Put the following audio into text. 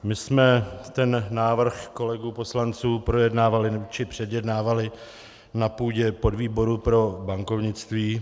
My jsme ten návrh kolegů poslanců projednávali či předjednávali na půdě podvýboru pro bankovnictví.